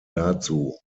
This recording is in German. dazu